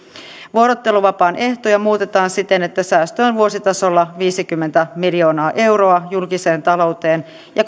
vuorotteluvapaan ehtoja muutetaan siten että säästö on vuositasolla viisikymmentä miljoonaa euroa julkiseen talouteen ja